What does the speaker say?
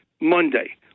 Monday